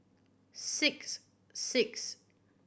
six six